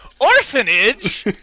orphanage